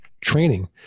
training